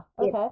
okay